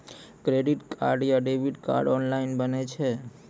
Credit card या debit card online बनै छै?